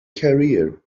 career